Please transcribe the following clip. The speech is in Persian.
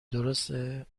درسته